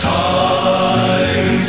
time